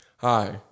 Hi